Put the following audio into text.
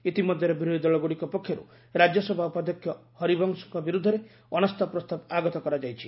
ଇତିମଧ୍ୟରେ ବିରୋଧୀଦଳଗୁଡିକ ପକ୍ଷରୁ ରାଜ୍ୟସଭା ଉପାଧ୍ୟକ୍ଷ ହରିବଂଶଙ୍କ ବିରୋଧରେ ଅନାସ୍ଥା ପ୍ରସ୍ତାବ ଆଗତ କରାଯାଇଛି